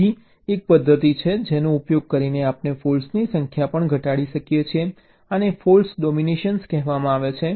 બીજી એક પદ્ધતિ છે જેનો ઉપયોગ કરીને આપણે ફૉલ્ટોની સંખ્યા પણ ઘટાડી શકીએ છીએ આને ફોલ્ટ ડોમીનન્સ કહેવામાં આવે છે